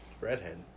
Redhead